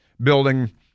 building